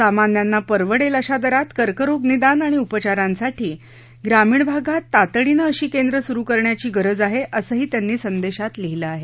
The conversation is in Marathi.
सामान्यांना परवडेल अशा दरात कर्करोग निदान आणि उपचारांसाठी ग्रामीण भागात तातडीनं अशी केंद्र सूरु करण्याची गरज आहे असं ही संदेशात लिहिलं आहे